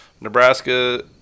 Nebraska